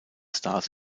stars